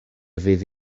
fydd